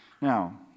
Now